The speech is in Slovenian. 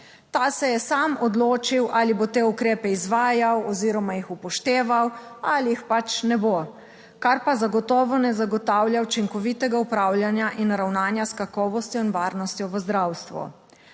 Ta se je sam odločil, ali bo te ukrepe izvajal oziroma jih upošteval ali jih pač ne bo, kar pa zagotovo ne zagotavlja učinkovitega upravljanja in ravnanja s kakovostjo in varnostjo v zdravstvu.